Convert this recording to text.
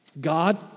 God